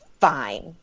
fine